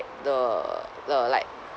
the the like